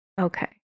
Okay